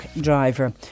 driver